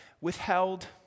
withheld